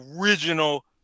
original